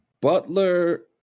Butler